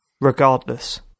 regardless